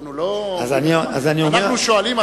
אנחנו שואלים,